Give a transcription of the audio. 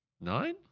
nine